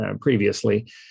previously